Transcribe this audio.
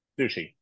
Sushi